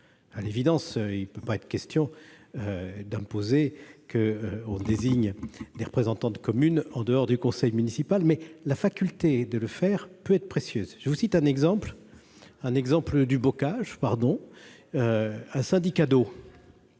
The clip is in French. À l'évidence, il ne peut être question d'imposer la désignation de représentants des communes en dehors du conseil municipal. Néanmoins, la faculté de le faire peut être précieuse. Je vous citerai un exemple du bocage, mes chers